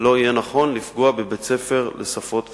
לא יהיה נכון לפגוע בבית-הספר "שפות ותרבויות".